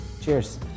cheers